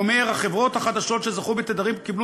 הוא אומר: החברות החדשות שזכו בתדרים קיבלו